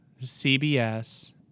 CBS